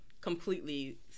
completely